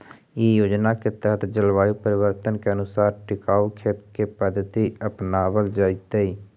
इ योजना के तहत जलवायु परिवर्तन के अनुसार टिकाऊ खेत के पद्धति अपनावल जैतई